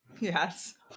Yes